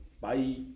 Bye